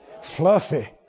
Fluffy